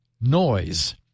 noise